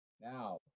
Now